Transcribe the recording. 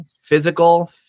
physical